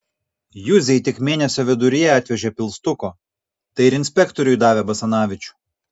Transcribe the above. juzei tik mėnesio viduryje atvežė pilstuko tai ir inspektoriui davė basanavičių